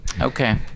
Okay